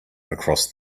across